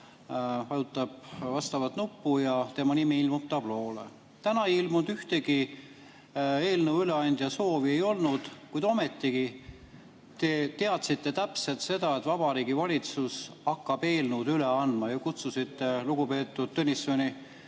vajutab vastavat nuppu ja tema nimi ilmub tabloole. Täna ei ilmunud [tabloole] ühtegi eelnõu üleandmise soovi, kuid ometigi te teadsite täpselt seda, et Vabariigi Valitsus hakkab eelnõusid üle andma, ja kutsusite lugupeetud Tõnissoni